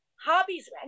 hobbies